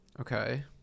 Okay